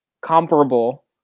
comparable